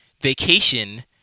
vacation